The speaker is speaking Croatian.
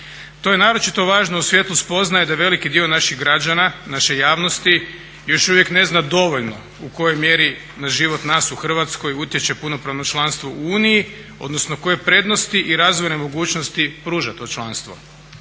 To je naročito važno u svjetlu spoznaje da veliki dio naših građana, naše javnosti još uvijek ne zna dovoljno u kojoj mjeri na život nas u Hrvatskoj utječe punopravno članstvo u Uniji, odnosno koje prednosti i razvojne mogućnosti pruža to članstvo.